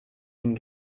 ihnen